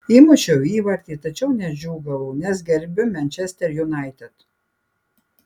įmušiau įvartį tačiau nedžiūgavau nes gerbiu manchester united